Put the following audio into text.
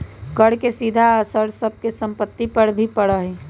कर के सीधा असर सब के सम्पत्ति पर भी पड़ा हई